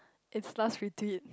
it's last retweet